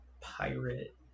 Pirate